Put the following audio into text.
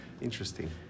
Interesting